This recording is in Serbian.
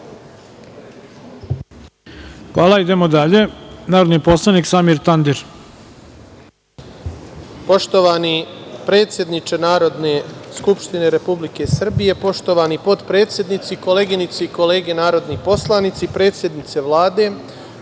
Hvala. Idemo dalje. Narodni poslanik Samir Tandir.